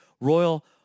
royal